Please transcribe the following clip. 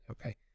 Okay